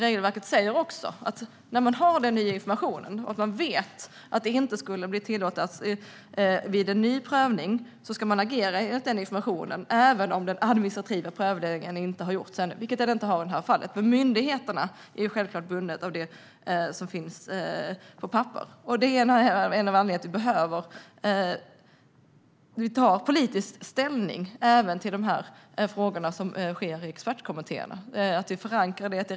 Regelverket säger också att när man har ny information och vet att det inte skulle bli tillåtet vid en ny prövning ska man agera enligt den informationen även om den administrativa prövningen ännu inte har gjorts, vilket den inte har i detta fall. Myndigheterna är självklart bundna av det som finns på papper. Detta är en av anledningarna till att vi vill ta politisk ställning även till de frågor som behandlas av expertkommittéerna, och vi förankrar det.